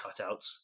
cutouts